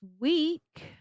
week